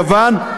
יוון.